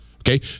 Okay